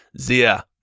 Zia